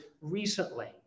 recently